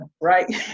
right